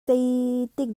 zeitik